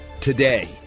today